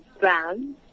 Brown